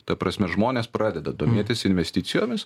ta prasme žmonės pradeda domėtis investicijomis